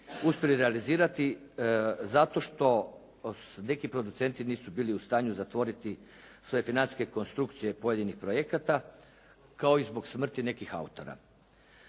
uspjeli realizirati zato što neki producenti nisu bili u stanju zatvoriti svoje financijske konstrukcije pojedinih projekata kao i zbog smrti nekih autora.